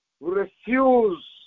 refuse